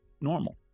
normal